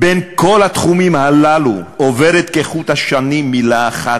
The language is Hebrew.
בין כל התחומים הללו עוברת כחוט השני מילה אחת,